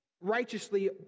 righteously